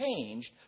changed